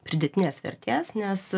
pridėtinės vertės nes